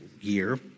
year